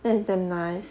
that is damn nice